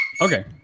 okay